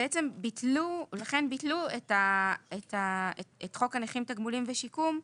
לכן ביטלו את חוק הנכים (תגמולים ושיקום)